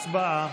הצבעה.